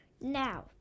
Now